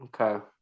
Okay